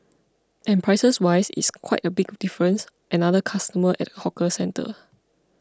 and prices wise it's quite a big difference another customer at a hawker centre